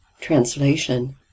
Translation